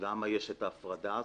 למה יש את ההפרדה הזאת,